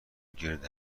گرد